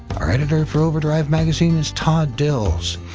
our editor for overdrive magazine is todd dills.